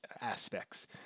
aspects